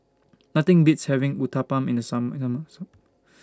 Nothing Beats having Uthapam in The Summer Summer